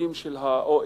ולמדדים של ה-OECD,